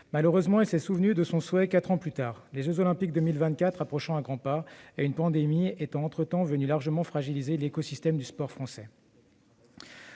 Malheureusement, il ne s'est souvenu de son souhait que quatre ans plus tard, les jeux Olympiques de 2024 approchant à grands pas, et une pandémie étant entre-temps venue largement fragiliser l'écosystème du sport français.